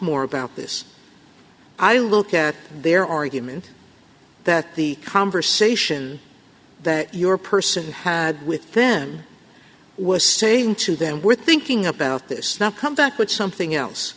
more about this i look at their argument that the conversation that your person had with them was saying to them we're thinking about this now come back with something else